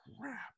crap